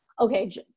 Okay